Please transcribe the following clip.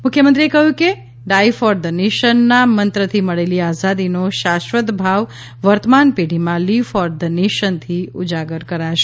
મુખ્યમંત્રીએ કહ્યું કે ડાઇ ફોર ધ નેશનના મંત્રથી મળેલી આઝાદીનો શાશ્વત ભાવ વર્તમાન પેઢીમાં લીવ ફોર ધ નેશનથી ઉજાગર કરાશે